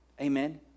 Amen